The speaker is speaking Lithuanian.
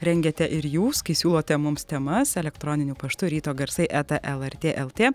rengiate ir jūs kai siūlote mums temas elektroniniu paštu ryto garsai eta lrt lt